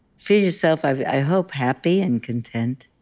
feel yourself, i hope, happy and content,